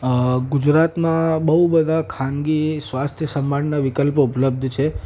ગુજરાતમાં બહુ બધા ખાનગી સ્વાસ્થ્ય સંભાળના વિકલ્પો ઉપલબ્ધ છે